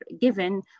given